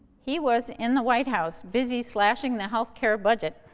he was in the white house, busy slashing the healthcare budget